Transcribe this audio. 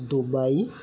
Dubai